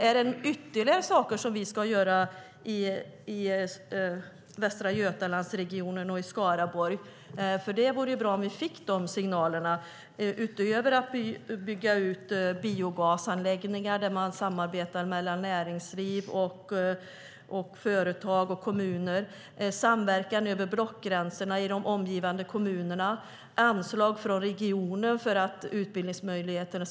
Är det ytterligare saker som vi ska göra i Västra Götalandsregionen och Skaraborg? Det vore bra om vi fick signaler om vad vi ska göra utöver det som vi redan gör. Vi bygger ut biogasanläggningar där man har ett samarbete mellan näringsliv, företag och kommuner. Man samverkar över blockgränserna i de omgivande kommunerna. Vi har anslag från regionen för att det ska finnas utbildningsmöjligheter.